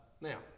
Now